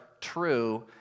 true